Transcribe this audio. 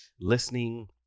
listening